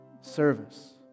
service